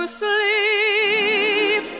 sleep